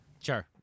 Sure